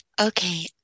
okay